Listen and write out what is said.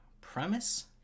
premise